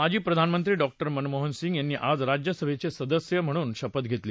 माजी प्रधानमंत्री डॉ मनमोहन सिंग यांनी आज राज्यसभेचे सदस्य म्हणून शपथ घेतली